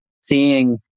seeing